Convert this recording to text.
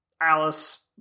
Alice